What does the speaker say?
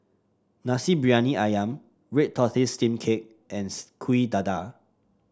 Nasi Briyani ayam Red Tortoise Steamed Cake and Kuih Dadar